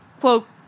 quote